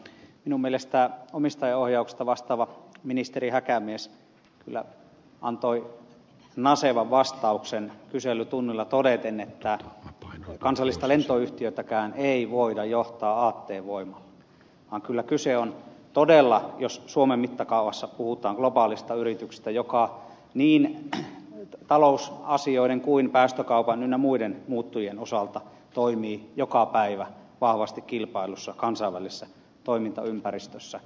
minun mielestäni omistajaohjauksesta vastaava ministeri häkämies kyllä antoi nasevan vastauksen kyselytunnilla todeten että kansallista lentoyhtiötäkään ei voida johtaa aatteen voimalla vaan kyllä kyse on todella jos suomen mittakaavassa puhutaan globaalista yrityksestä joka niin talousasioiden kuin päästökaupan ynnä muiden muuttujien osalta toimii joka päivä vahvasti kilpaillussa kansainvälisessä toimintaympäristössä